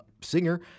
singer